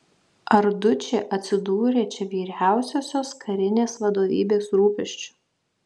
ar dučė atsidūrė čia vyriausiosios karinės vadovybės rūpesčiu